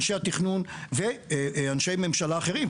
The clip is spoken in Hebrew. אנשי התכנון ואנשי ממשלה אחרים,